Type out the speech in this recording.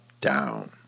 down